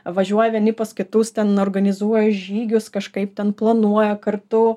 važiuoja vieni pas kitus ten organizuoja žygius kažkaip ten planuoja kartu